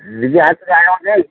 ନିଜ ହାତରେ ଆଣିବ ଯାଇ